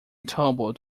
tumbled